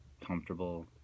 comfortable